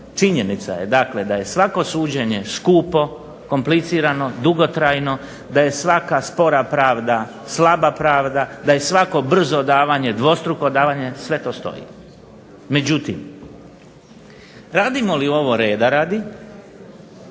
Činjenica je dakle da je svako suđenje skupo, komplicirano, dugotrajno. Da je svaka spora pravda slaba pravda, da je svako brzo davanje dvostruko davanje. Sve to stoji. Međutim, radimo li ovo reda radi